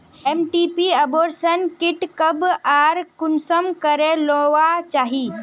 MTP abortion kit कब आर कुंसम करे लेना चही?